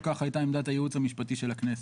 כך הייתה עמדת הייעוץ המשפטי של הכנסת.